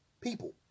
people